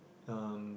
um